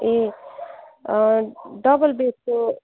ए अ डबल बेडको